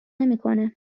نمیکنه